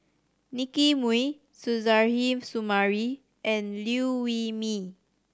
Nicky Moey Suzairhe Sumari and Liew Wee Mee